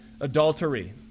adultery